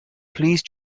please